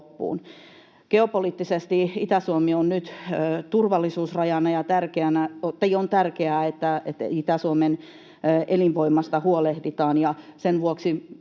Geopoliittisesti Itä-Suomi on nyt turvallisuusrajana, ja on tärkeää, että Itä-Suomen elinvoimasta huolehditaan. Ja sen vuoksi